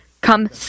come